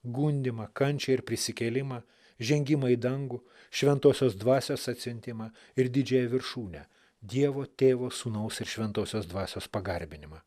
gundymą kančią ir prisikėlimą žengimą į dangų šventosios dvasios atsiuntimą ir didžiąją viršūnę dievo tėvo sūnaus ir šventosios dvasios pagarbinimą